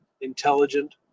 intelligent